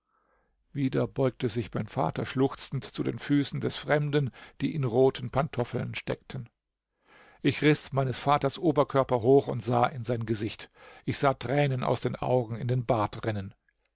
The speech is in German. wieder beugte sich mein vater schluchzend zu den füßen des fremden die in roten pantoffeln steckten ich riß meines vaters oberkörper hoch und sah in sein gesicht ich sah tränen aus den augen in den bart rinnen